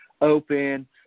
open